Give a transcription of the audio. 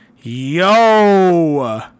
Yo